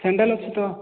sandal ଅଛି ତ